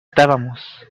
estábamos